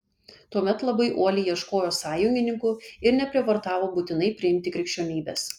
tuomet labai uoliai ieškojo sąjungininkų ir neprievartavo būtinai priimti krikščionybės